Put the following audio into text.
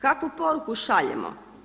Kakvu poruku šaljemo?